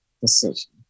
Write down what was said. decision